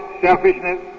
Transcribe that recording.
selfishness